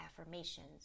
affirmations